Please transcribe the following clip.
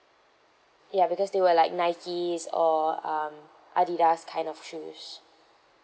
ya because they were like nikes or um adidas kind of shoes